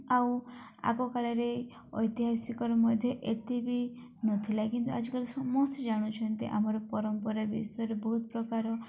ଆଉ ଆଗ କାଳରେ ଐତିହାସିକର ମଧ୍ୟ ଏତେ ବି ନଥିଲା କିନ୍ତୁ ଆଜିକାଲି ସମସ୍ତେ ଜାଣୁଛନ୍ତି ଆମର ପରମ୍ପରା ବିଷୟରେ ବହୁତ ପ୍ରକାର